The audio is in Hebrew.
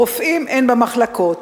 רופאים אין במחלקות,